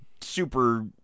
super